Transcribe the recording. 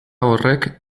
horrek